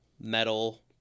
metal